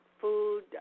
food